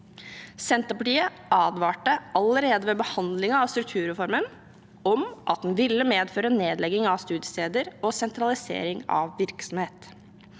Senterpartiet advarte allerede ved behandlingen av strukturreformen om at den ville medføre nedlegging av studiesteder og sentralisering av virksomhet.